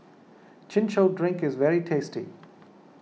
Chin Chow Drink is very tasty